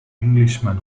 englishman